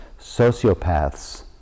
Sociopaths